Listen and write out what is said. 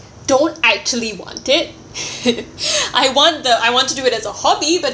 don't actually want it I want the I want to do it as a hobby but